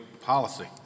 policy